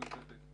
הוא התנתק.